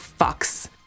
fucks